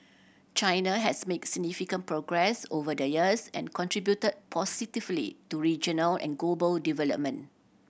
China has make significant progress over the years and contribute positively to regional and global development